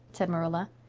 said marilla.